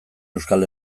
euskal